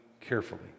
carefully